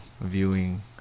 viewing